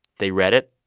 they read it.